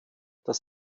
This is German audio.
das